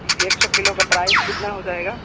एक सौ किलो का प्राइस कितना हो जाएगा